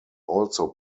also